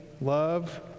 love